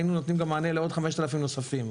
אז היינו נותנים מענה לעוד 5,000 עולים נוספים.